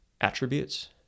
attributes